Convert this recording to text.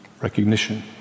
recognition